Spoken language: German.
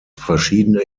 verschiedene